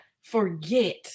forget